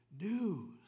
news